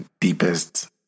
deepest